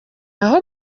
aho